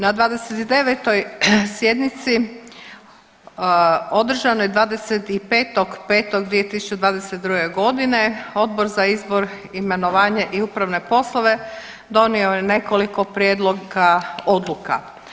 Na 29. sjednici održanoj 25.5.2022.g. Odbor za izbor, imenovanje i upravne poslove donio je nekoliko prijedloga odluka.